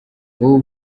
wowe